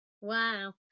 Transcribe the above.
Wow